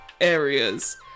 areas